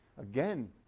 Again